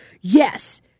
Yes